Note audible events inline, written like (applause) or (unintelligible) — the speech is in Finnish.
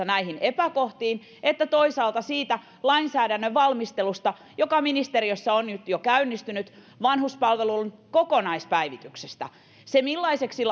(unintelligible) näihin epäkohtiin että toisaalta siitä lainsäädännön valmistelusta joka ministeriössä on nyt jo käynnistynyt vanhuspalvelun kokonaispäivityksestä se millaiseksi (unintelligible)